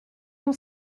mon